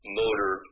motor